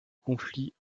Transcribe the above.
conflit